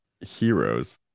heroes